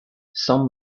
some